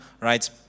right